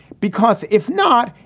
because if not,